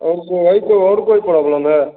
और को वही तो और कोई प्रॉब्लम है